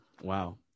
Wow